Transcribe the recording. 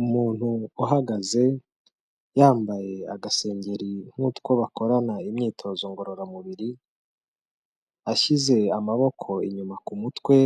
Umuntu uhagaze yambaye agasengeri nk'utwo bakorana imyitozo ngororamubiri, ashyize amaboko inyuma ku mutwe,